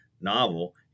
novel